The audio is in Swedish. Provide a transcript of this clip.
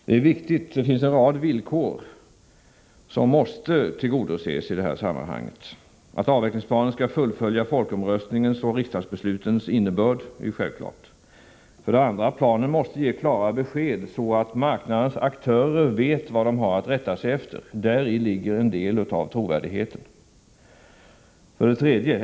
Det finns en rad villkor som måste tillgodoses i det här sammanhanget. 1. Avvecklingsplanen skall fullfölja folkomröstningens och riksdagsbeslutens innebörd — det är självklart. 2. Planen måste ge klara besked, så att marknadens aktörer vet vad de har att rätta sig efter. Däri ligger en del av trovärdigheten. 3.